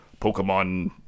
Pokemon